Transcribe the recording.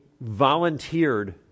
volunteered